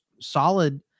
solid